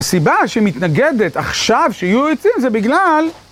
הסיבה שמתנגדת עכשיו שיהיו יוצאים זה בגלל...